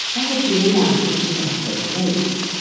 i had been allowed to sit up very late.